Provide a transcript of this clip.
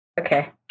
Okay